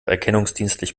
erkennungsdienstlich